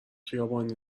خیابانی